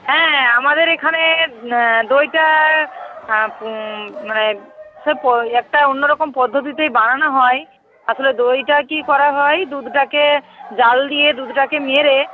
হ্যাঁ আমাদের এখানে দইটা পো মানে সে পো একটা অন্য রকম পদ্ধতিতেই বানানো হয় আসলে দইটা কী করা হয় দুধটাকে জ্বাল দিয়ে দুধটাকে মেরে